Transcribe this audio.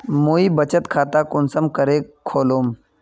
मुई बचत खता कुंसम करे खोलुम?